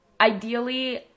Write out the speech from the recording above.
ideally